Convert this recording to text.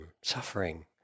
suffering